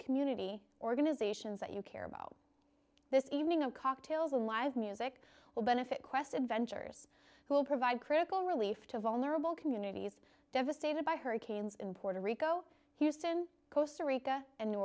community organizations that you care about this evening of cocktails and live music will benefit quest adventurers who will provide critical relief to vulnerable communities devastated by hurricanes in puerto rico houston coastal rica and new